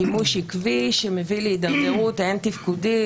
שימוש עקבי שמביא להידרדרות תפקודית,